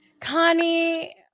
connie